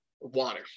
water